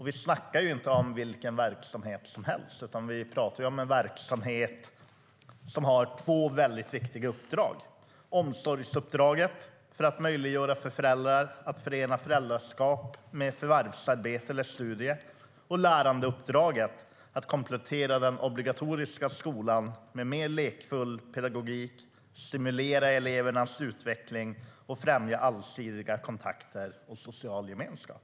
Vi snackar inte om vilken verksamhet som helst utan om en verksamhet som har två väldigt viktiga uppdrag: omsorgsuppdraget - för att möjliggöra för föräldrar att förena föräldraskap med förvärvsarbete eller studier - och lärandeuppdraget att komplettera den obligatoriska skolan med mer lekfull pedagogik, stimulera elevernas utveckling och främja allsidiga kontakter och social gemenskap.